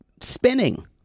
spinning